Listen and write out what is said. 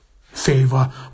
favor